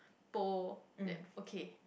pole then okay